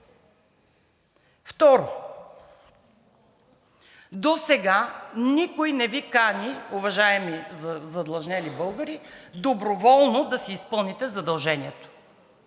Второ, досега никой не Ви кани, уважаеми задлъжнели българи, доброволно да си изпълните задължението.